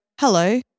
hello